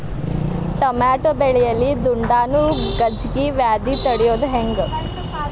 Tomato ಬೆಳೆಯಲ್ಲಿ ದುಂಡಾಣು ಗಜ್ಗಿ ವ್ಯಾಧಿ ತಡಿಯೊದ ಹೆಂಗ್?